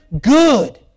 good